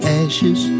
ashes